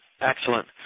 excellent